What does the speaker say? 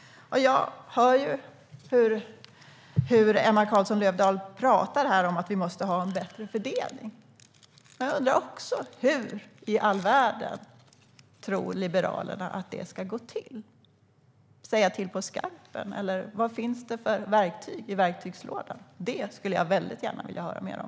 Emma Carlsson Löfdahl talar om att vi måste ha en bättre fördelning. Hur i all världen tror Liberalerna att det ska gå till? Ska vi säga till på skarpen? Vilka verktyg finns i verktygslådan? Det vill jag gärna höra mer om.